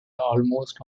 almost